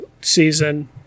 season